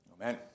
Amen